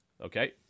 Okay